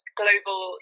global